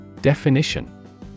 Definition